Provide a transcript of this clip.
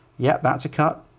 yeah, that's a cut,